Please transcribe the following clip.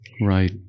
Right